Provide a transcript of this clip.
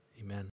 Amen